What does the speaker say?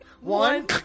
One